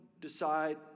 decide